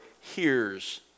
hears